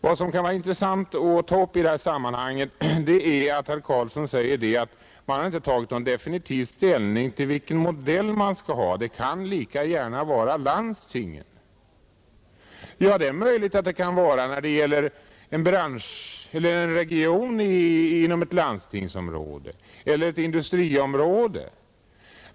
Vad som kan vara intressant att ta upp i detta sammanhang är att herr Karlsson säger att man inte tagit definitiv ställning till vilken modell man skall ha och att det lika gärna kan vara landstingen som är huvudmän. Ja, det är möjligt att det kan vara när det gäller en region inom ett landstingsområde eller industriområde.